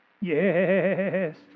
yes